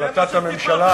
החלטת הממשלה, זה מה שסיפרתם.